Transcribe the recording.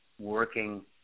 working